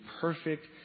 perfect